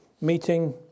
meeting